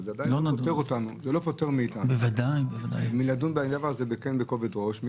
אבל זה עדיין לא פוטר אותנו מלדון בדבר הזה בכובד ראש.